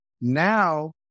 Now